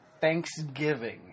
Thanksgiving